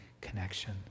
connection